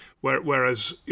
whereas